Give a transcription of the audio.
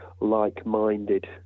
like-minded